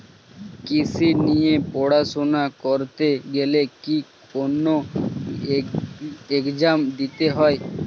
কৃষি নিয়ে পড়াশোনা করতে গেলে কি কোন এগজাম দিতে হয়?